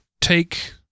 take